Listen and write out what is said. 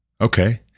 Okay